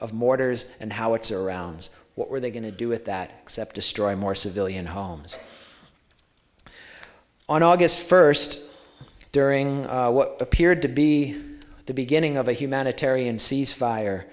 of mortars and howitzer rounds what were they going to do with that except destroying more civilian homes on august first during what appeared to be the beginning of a humanitarian cease fire